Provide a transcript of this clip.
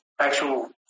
actual